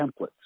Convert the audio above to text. templates